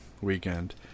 weekend